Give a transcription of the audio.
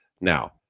Now